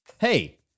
Hey